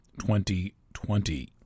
2020